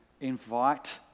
invite